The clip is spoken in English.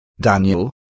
Daniel